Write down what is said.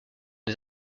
des